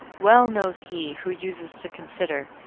well knows he who uses to consider,